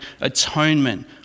atonement